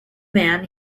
man